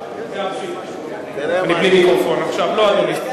להצעה לסדר-היום ולהעביר את הנושא לוועדת העבודה,